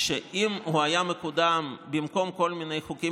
אני אמרתי שאם הוא היה מקודם במקום כל מיני חוקים